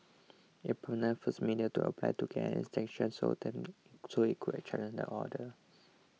it prompted First Media to apply to get an extension of time so it could challenge the order